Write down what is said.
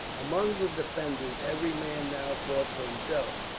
among the defenders, every man now fought for himself,